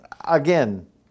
again